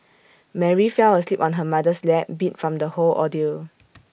Mary fell asleep on her mother's lap beat from the whole ordeal